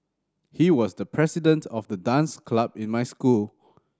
he was the president of the dance club in my school